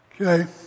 Okay